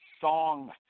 song